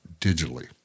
digitally